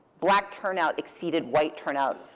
black turnout exceeded white turnout